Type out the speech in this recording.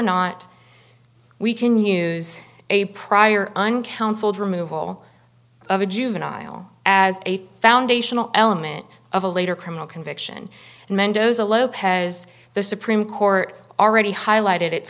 not we can use a prior un counseled removal of a juvenile as a foundational element of a later criminal conviction and mendoza lopez the supreme court already highlighted it